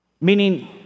Meaning